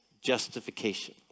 justification